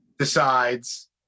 Decides